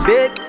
Big